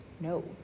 No